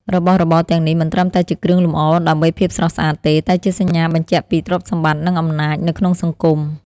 របស់របរទាំងនេះមិនត្រឹមតែជាគ្រឿងលម្អដើម្បីភាពស្រស់ស្អាតទេ តែជាសញ្ញាបញ្ជាក់ពី ទ្រព្យសម្បត្តិ និងអំណាច នៅក្នុងសង្គម។